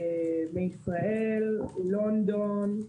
מישראל, לונדון,